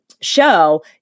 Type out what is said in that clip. show